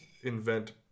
invent